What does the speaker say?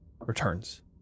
Returns